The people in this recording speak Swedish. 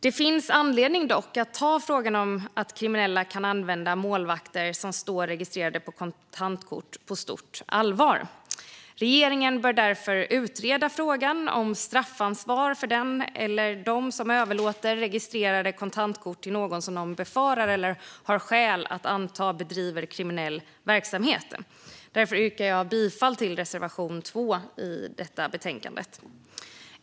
Det finns dock anledning att ta frågan om att kriminella kan komma att använda målvakter som står registrerade på kontantkort på stort allvar. Regeringen bör utreda frågan om straffansvar för den eller dem som överlåter registrerade kontantkort till någon som de befarar eller har skäl att anta bedriver kriminell verksamhet. Jag yrkar därför bifall till reservation 2 i betänkandet.